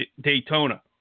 Daytona